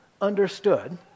understood